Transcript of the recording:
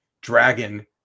dragon